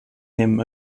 him